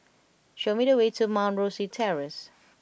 show me the way to Mount Rosie Terrace